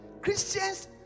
Christians